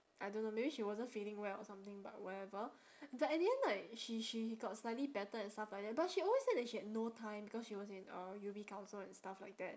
I don't know maybe she wasn't feeling well or something but whatever but at the end like she she got slightly better and stuff like that but she always said that she had no time because she was in uh U_B council and stuff like that